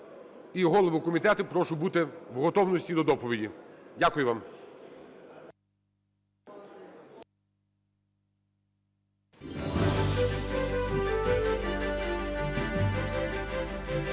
І голову комітету прошу бути в готовності до доповіді. Дякую вам.